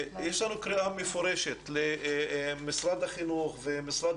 יש לנו קריאה מפורשת למשרד החינוך ולמשרד